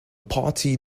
party